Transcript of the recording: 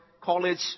college